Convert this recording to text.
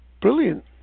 Brilliant